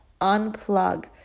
Unplug